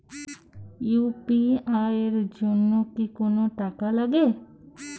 UPI এর জন্য কি কোনো টাকা লাগে?